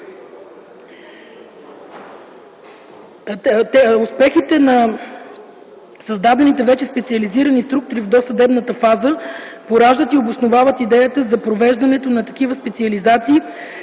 Успехите на създадените вече специализирани структури в досъдебната фаза пораждат и обосновават идеята за провеждането на такива специализации